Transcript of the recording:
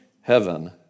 Heaven